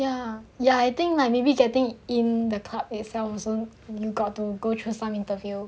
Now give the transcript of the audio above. ya ya I think like maybe getting in the club itself also you gotta go through some interview